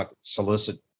solicit